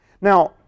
Now